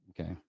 Okay